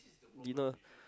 dinner